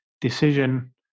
decision